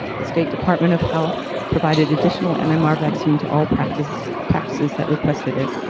the state department of health provided additional mmr vaccine to all practices practices that requested it,